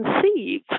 conceive